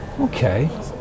Okay